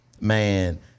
man